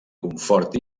confort